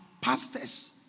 Pastors